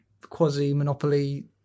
quasi-monopoly